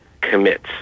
commits